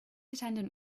attendant